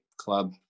Club